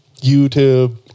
YouTube